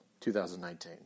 2019